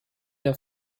der